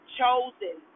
chosen